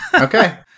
Okay